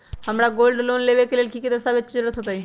हमरा gold loan लेबे के लेल कि कि दस्ताबेज के जरूरत होयेत?